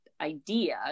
idea